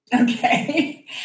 Okay